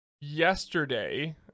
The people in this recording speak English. yesterday